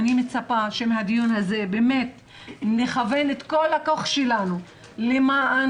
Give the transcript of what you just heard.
אני מצפה שמהדיון הזה נכוון את כל הכוח שלנו למען